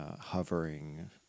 hovering